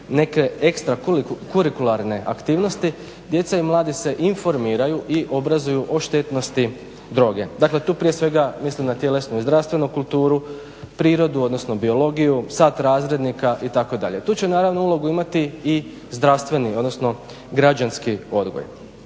neke ekstra kurikularne aktivnosti. Djeca i mladi se informiraju i obrazuju o štetnosti droge. Dakle, tu prije svega mislim na tjelesnu i zdravstvenu kulturu, prirodu, odnosno biologiju, sat razrednika itd. Tu će naravno ulogu imati i zdravstveni, odnosno građanski odgoj.